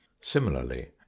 Similarly